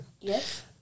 Yes